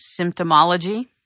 symptomology